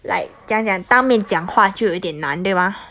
like 讲讲当面讲话就有一点难对 mah